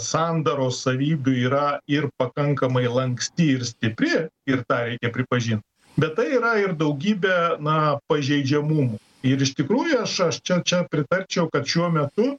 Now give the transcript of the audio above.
sandaros savybių yra ir pakankamai lanksti ir stipri ir tą reikia pripažint bet tai yra ir daugybė na pažeidžiamumų ir iš tikrųjų aš aš čia čia pritarčiau kad šiuo metu